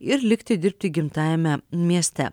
ir likti dirbti gimtajame mieste